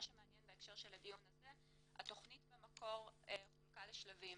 מה שמעניין בהקשר של הדיון הזה הוא שהתכנית במקור חולקה לשלבים.